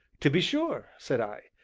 to be sure! said i.